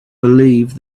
believe